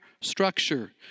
structure